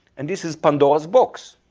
and this is pandora's box.